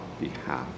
behalf